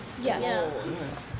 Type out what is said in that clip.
Yes